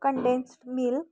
condensed milk